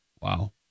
Wow